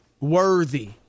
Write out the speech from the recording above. worthy